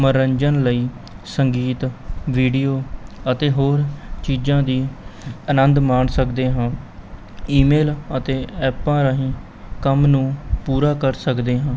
ਮਨਰੰਜਨ ਲਈ ਸੰਗੀਤ ਵੀਡਿਓ ਅਤੇ ਹੋਰ ਚੀਜ਼ਾਂ ਦੀ ਅਨੰਦ ਮਾਣ ਸਕਦੇ ਹਾਂ ਈ ਮੇਲ ਅਤੇ ਐਪਾਂ ਰਾਹੀਂ ਕੰਮ ਨੂੰ ਪੂਰਾ ਕਰ ਸਕਦੇ ਹਾਂ